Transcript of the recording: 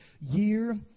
year